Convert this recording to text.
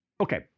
Okay